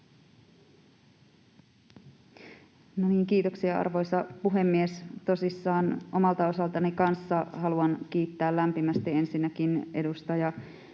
Kiitoksia arvoisa puhemies! Tosissaan omalta osaltani kanssa haluan kiittää lämpimästi edustaja